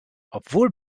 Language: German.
obwohl